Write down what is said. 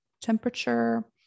temperature